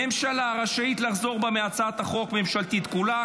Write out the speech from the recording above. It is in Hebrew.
ממשלה רשאית לחזור בה מהצעת החוק הממשלתית כולה,